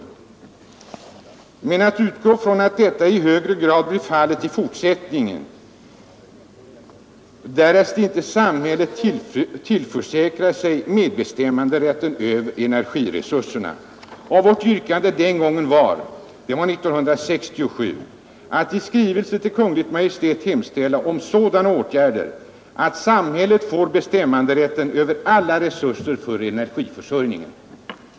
Jag fortsätter citatet: ”Man kan utgå från att detta i än högre grad blir fallet i fortsättningen, därest inte samhället tillförsäkrar sig bestämmanderätten över energiresurserna.” Vårt yrkande den gången, år 1967, var att riksdagen skulle besluta ”att i skrivelse till Kungl. Maj:t hemställa om sådana åtgärder att samhället får bestämmanderätten över alla resurser för energiförsörjningen”.